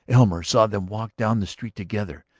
elmer saw them walk down the street together,